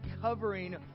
covering